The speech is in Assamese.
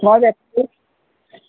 মই বেচিম